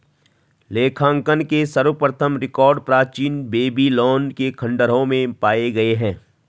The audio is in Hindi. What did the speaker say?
लेखांकन के सर्वप्रथम रिकॉर्ड प्राचीन बेबीलोन के खंडहरों में पाए गए हैं